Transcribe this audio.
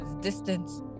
distance